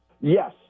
Yes